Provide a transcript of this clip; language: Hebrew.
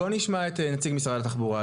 בואו נשמע את נציג משרד התחבורה.